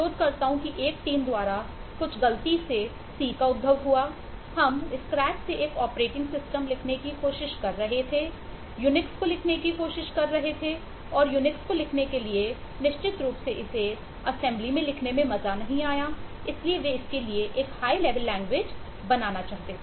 शोधकर्ताओं की एक टीम द्वारा कुछ गलती से सी बनाना चाहते थे